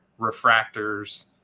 refractors